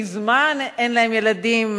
מזמן אין להם ילדים,